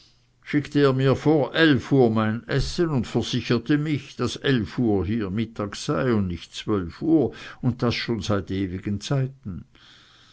schickte er mir vor uhr mein essen und versicherte mich daß uhr hier mittag sei und nicht uhr und das schon seit ewigen zeiten